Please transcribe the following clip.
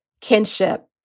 Kinship